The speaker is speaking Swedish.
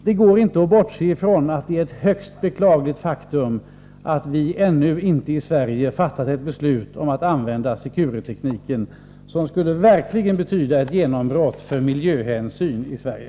Det går inte att bortse från att det är ett högst beklagligt faktum att vi ännu inte har fattat ett beslut om att använda Secure-tekniken, som verkligen skulle ha betytt ett genombrott för miljöhänsyn i Sverige.